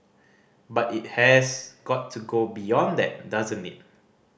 but it has got to go beyond that doesn't it